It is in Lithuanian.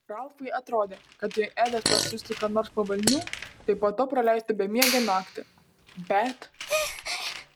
ralfui atrodė kad jei edas pasiųstų ką nors po velnių tai po to praleistų bemiegę naktį bet